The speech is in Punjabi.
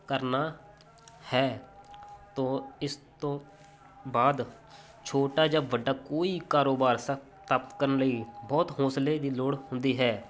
ਕਰਨਾ ਹੈ ਤੋ ਇਸ ਤੋਂ ਬਾਅਦ ਛੋਟਾ ਜਾਂ ਵੱਡਾ ਕੋਈ ਕਾਰੋਬਾਰ ਸਥਾਪਿਤ ਕਰਨ ਲਈ ਬਹੁਤ ਹੌਸਲੇ ਦੀ ਲੋੜ ਹੁੰਦੀ ਹੈ